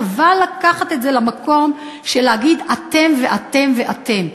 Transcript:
חבל לקחת את זה למקום של להגיד: אתם ואתם ואתם.